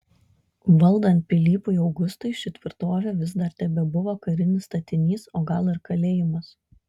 valdant pilypui augustui ši tvirtovė vis dar tebebuvo karinis statinys o gal ir kalėjimas